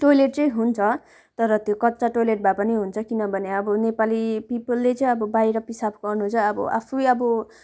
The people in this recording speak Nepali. टोइलेट चाहिँ हुन्छ तर त्यो कच्चा टोइलेट भए पनि हुन्छ किनभने अब नेपाली पिपलले चाहिँ अब बाहिर पिसाब गर्नु चाहिँ अब आफै अब